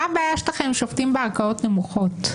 מה הבעיה שלכם עם שופטים בערכאות נמוכות?